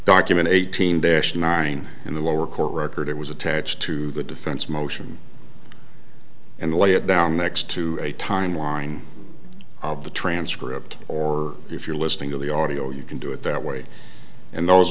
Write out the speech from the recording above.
documented eighteen dash nine in the lower court record it was attached to the defense motion and lay it down next to a timeline of the transcript or if you're listening to the audio you can do it that way and those